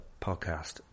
podcast